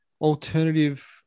alternative